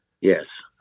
yes